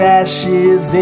ashes